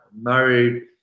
Married